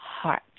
heart